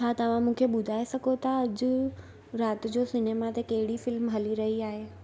छा तव्हां मुखे ॿुधाए सघो था अॼु राति जो सिनेमा ते कहिड़ी फ़िल्म हली रही आहे